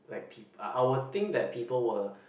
like peo~ I will think that people will